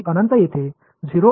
எனவே அற்பமாக மற்றும் என்பது 0